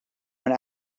one